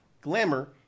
glamour